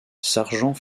sargent